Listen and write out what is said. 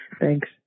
Thanks